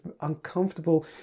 uncomfortable